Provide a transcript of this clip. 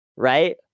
right